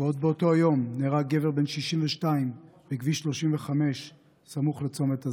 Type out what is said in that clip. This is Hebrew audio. עוד באותו היום נהרג גבר בן 62 בכביש 35 בסמוך לצומת הזית.